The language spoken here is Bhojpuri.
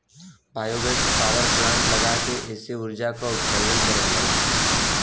बायोगैस पावर प्लांट लगा के एसे उर्जा के उत्सर्जन करल जाला